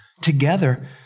together